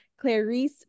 Clarice